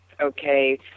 okay